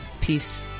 Peace